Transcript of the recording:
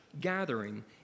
gathering